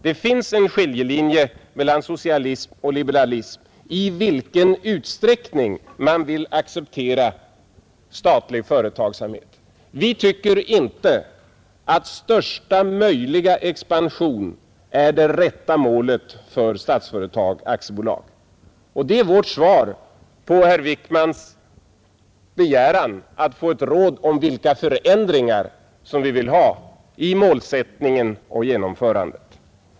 Det finns en skiljelinje mellan socialism och liberalism när det gäller i vilken utsträckning man vill acceptera statlig företagsamhet. Vi tycker inte att största möjliga expansion är det rätta målet för Statsföretag AB — och det är vårt svar på herr Wickmans begäran att få ett råd om vilka förändringar som vi vill ha i målsättningen och genomförandet.